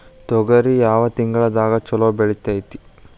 ತೊಗರಿ ಯಾವ ತಿಂಗಳದಾಗ ಛಲೋ ಬೆಳಿತೈತಿ?